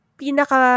pinaka